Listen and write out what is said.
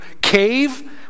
cave